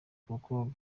kuko